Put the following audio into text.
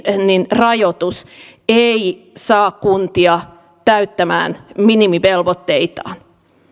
rajoitus ei saa kuntia täyttämään minimivelvoitteitaan